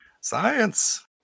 Science